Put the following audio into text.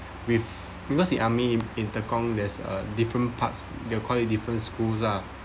with because the army in tekong there's a different parts we are called it different schools ah